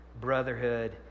brotherhood